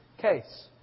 case